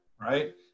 Right